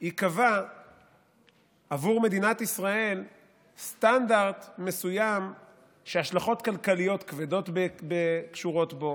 ייקבע עבור מדינת ישראל סטנדרט מסוים שהשלכות כלכליות כבדות קשורות בו: